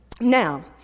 Now